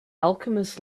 alchemist